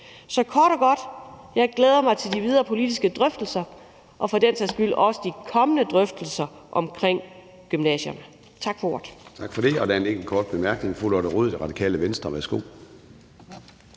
Så kort og godt glæder jeg mig til de videre politiske drøftelser og for den sags skyld også til de kommende drøftelser omkring gymnasierne. Tak for ordet.